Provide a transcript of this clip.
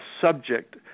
subject